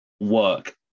work